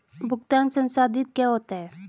भुगतान संसाधित क्या होता है?